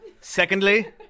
Secondly